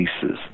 pieces